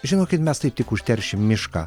žinokit mes taip tik užteršim mišką